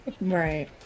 Right